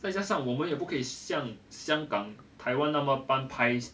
再加上我们也不可以像香港 taiwan 那么般拍